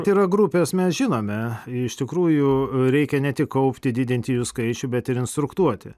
kad yra grupės mes žinome iš tikrųjų reikia ne tik kaupti didinti jų skaičių bet ir instruktuoti